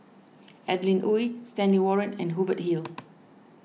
Adeline Ooi Stanley Warren and Hubert Hill